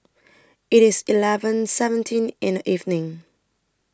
IT IS eleven seventeen in The evening